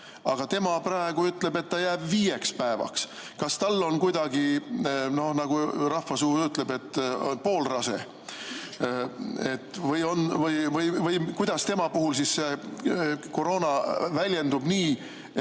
aga tema praegu ütleb, et ta jääb viieks päevaks. Kas tal on kuidagi nii, nagu rahvasuu ütleb, et olen poolrase? Või kuidas tema puhul siis see koroona väljendub nii,